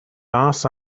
mas